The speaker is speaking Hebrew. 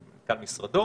ואת מנכ"ל משרדו